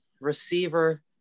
receiver